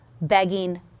begging